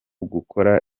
gukora